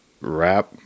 rap